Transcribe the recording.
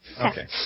Okay